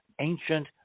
ancient